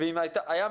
ואם היה מישהו,